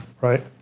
right